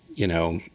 you know,